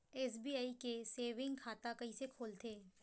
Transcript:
SBI के saving खाता कइसे खोलथे?